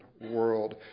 world